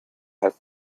had